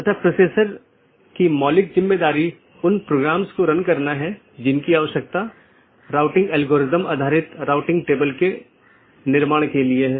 वोह AS जो कि पारगमन ट्रैफिक के प्रकारों पर नीति प्रतिबंध लगाता है पारगमन ट्रैफिक को जाने देता है